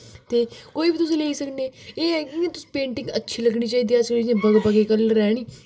ते कोई बी तुस लेई सकने हो एह् है कि तुस पेंटिग अच्छे लग्गनी चाहिदा तुसें बदली बदली कलर है नी